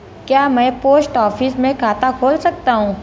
क्या मैं post office में खाता खोल सकता हूँ?